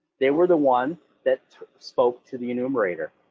they were the one that spoke to the enumerator,